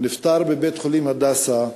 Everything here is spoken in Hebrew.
נפטר בבית-חולים "הדסה"